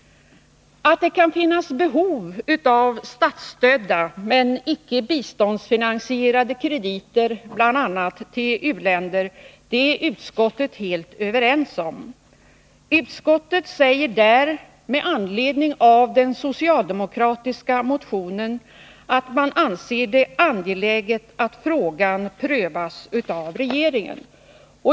Att det kan finnas behov av statsstödda men icke biståndsfinansierade krediter bl.a. till u-länder är vi inom utskottet helt överens om. Utskottet säger där med anledning av den socialdemokratiska motionen att man ”anser det angeläget att frågan prövas av regeringen”.